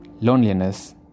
loneliness